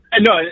No